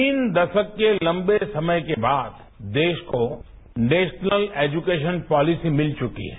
तीन दशक के लंबे समय के बाद देश को नेशनल एजुकेशन पॉलिसी मिल चुकी है